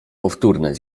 powtórne